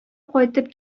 кайтып